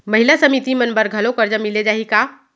महिला समिति मन बर घलो करजा मिले जाही का?